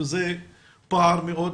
שזה פער מאוד